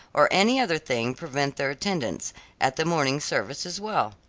or any other thing prevent their attendance at the morning service as well.